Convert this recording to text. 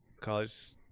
college